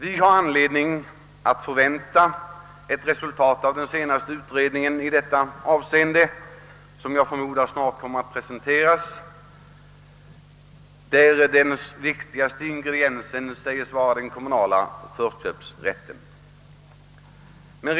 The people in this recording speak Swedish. Vi har skäl att förvänta ett resultat av den senaste utredningen i detta avseende, som väl snart kommer att presenteras och vars viktigaste ingrediens säges vara den kommunala förköpsrätten.